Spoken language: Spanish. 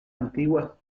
antiguas